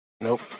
Nope